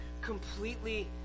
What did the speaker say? completely